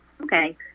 Okay